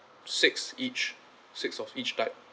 six each six of each type